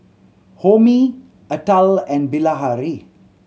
Homi Atal and Bilahari